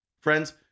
Friends